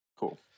Cool